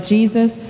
Jesus